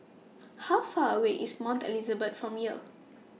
How Far away IS Mount Elizabeth from here